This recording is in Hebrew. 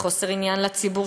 מחוסר עניין לציבור,